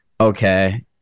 okay